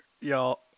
y'all